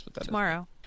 tomorrow